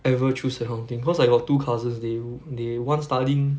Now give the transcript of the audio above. ever choose accounting cause I got two cousins they they one studying